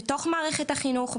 בתוך מערכת החינוך,